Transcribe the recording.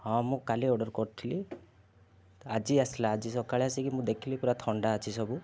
ହଁ ମୁଁ କାଲି ଅର୍ଡ଼ର କରିଥିଲି ଆଜି ଆସିଲା ଆଜି ସକାଳେ ଆସିକି ମୁଁ ଦେଖିଲି ପୁରା ଥଣ୍ଡା ଅଛି ସବୁ